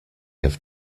have